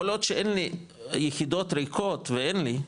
כל עוד שאין לי יחידות ריקות ואין לי,